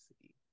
see